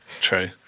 true